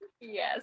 Yes